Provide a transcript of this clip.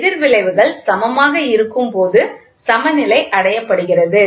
எதிர் விளைவுகள் சமமாக இருக்கும்போது சமநிலை அடையப்படுகிறது